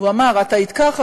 והוא אמר: את היית ככה,